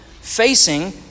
facing